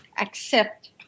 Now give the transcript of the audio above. accept